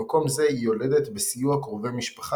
במקום זה היא יולדת בסיוע קרובי משפחה